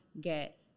get